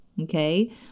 Okay